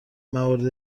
موارد